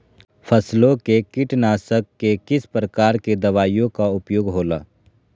फसलों के कीटनाशक के किस प्रकार के दवाइयों का उपयोग हो ला?